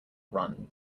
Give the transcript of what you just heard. run